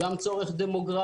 גם לגבי צורך דמוגרפי,